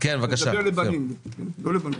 לא בנות.